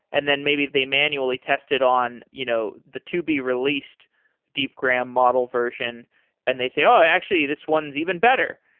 and then maybe they manually tested on you know the to be released deepgram model version and they say, oh, actually, this one's even better.